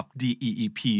deep